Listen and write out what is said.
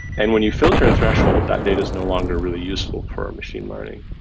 and when you filter and threshold, that data is no longer really useful for a machine learning.